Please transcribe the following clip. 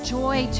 joy